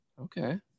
Okay